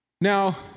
Now